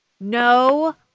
No